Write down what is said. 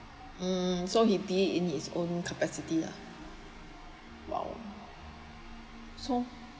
mm so he did in his own capacity ah !wow! so